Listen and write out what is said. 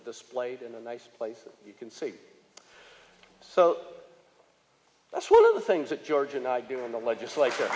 displayed in a nice place you can see so that's one of the things that george and i do in the legislat